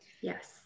Yes